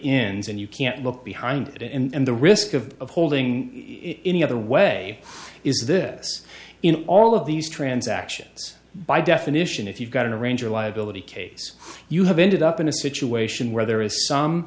ends and you can't look behind it and the risk of holding it any other way is this in all of these transactions by definition if you've got an arranger liability case you have ended up in a situation where there is some